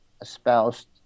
espoused